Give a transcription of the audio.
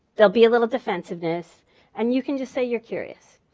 there'll be a little defensiveness and you can just say you're curious.